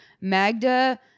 Magda